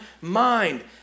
mind